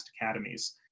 Academies